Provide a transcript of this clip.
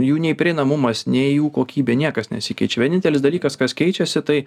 jų nei prieinamumas nei jų kokybė niekas nesikeičia vienintelis dalykas kas keičiasi tai